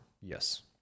yes